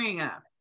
up